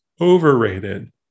overrated